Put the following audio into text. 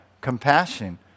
compassion